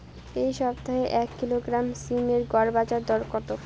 এই সপ্তাহে এক কিলোগ্রাম সীম এর গড় বাজার দর কত?